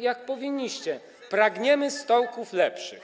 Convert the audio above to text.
jak powinniście: Pragniemy Stołków Lepszych.